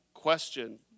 Question